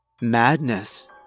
Madness